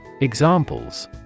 Examples